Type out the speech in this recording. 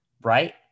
right